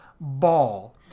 ball